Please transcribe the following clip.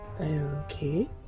okay